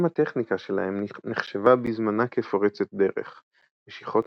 גם הטכניקה שלהם נחשבה בזמנה כפורצת דרך; משיכות